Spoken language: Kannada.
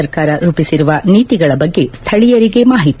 ಸರ್ಕಾರ ರೂಪಿಸಿರುವ ನೀತಿಗಳ ಬಗ್ಗೆ ಸ್ಥಳೀಯರಿಗೆ ಮಾಹಿತಿ